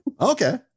Okay